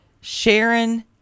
sharon